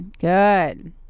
Good